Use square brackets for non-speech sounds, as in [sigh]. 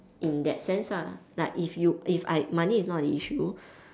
in that sense ah like if you if I money is not an issue [breath]